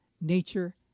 Nature